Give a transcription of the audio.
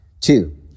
Two